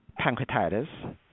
pancreatitis